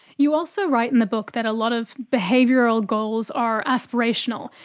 you also write in the book that a lot of behavioural goals are aspirational,